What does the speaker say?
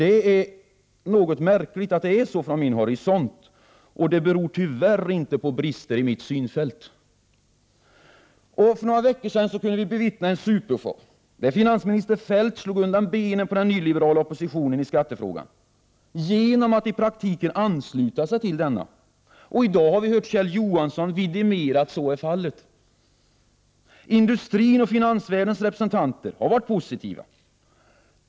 Det är något märkligt att det är så från min horisont, och det beror tyvärr inte på brister i mitt synfält. För några veckor sedan kunde vi bevittna en supershow, där finansminister Feldt slog undan benen på den nyliberala oppositionen i skattefrågan genom att i praktiken ansluta sig till den. I dag har vi hört Kjell Johansson vidimera att så är fallet. Industrins och finansvärldens representanter har varit positiva.